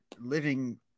living